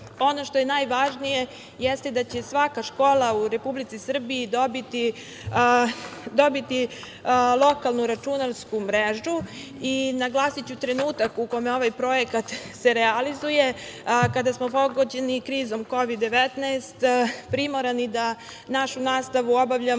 što je najvažnije jeste da će svaka škola u Republici Srbiji dobiti lokalnu računarsku mrežu i naglasiću trenutak u kome se ovaj projekat realizuje. Kada smo pogođeni krizom Kovid-19, primorani da našu nastavu obavljamo